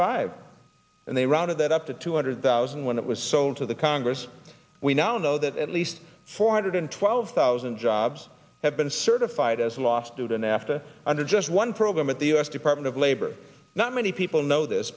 five and they rounded that up to two hundred thousand when it was sold to the congress we now know that at least four hundred twelve thousand jobs have been certified as lost due to nafta under just one program at the u s department of labor not many people know this